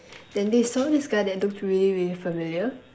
then this so this guy that looked really really familiar